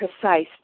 precise